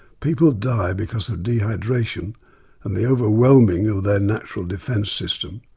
people die because of dehydration and the overwhelming of their natural defence systems.